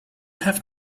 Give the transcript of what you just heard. have